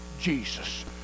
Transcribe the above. Jesus